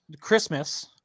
Christmas